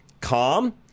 calm